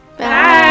Bye